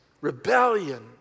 rebellion